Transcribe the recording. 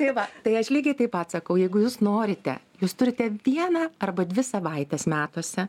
tai va tai aš lygiai taip pat sakau jeigu jūs norite jūs turite vieną arba dvi savaites metuose